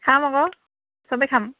খাম আকৌ সবেই খাম